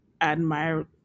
admire